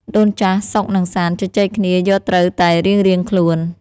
ដូនចាស់ សុខ និងសាន្ត ជជែកគ្នាយកត្រូវតែរៀងៗខ្លួន។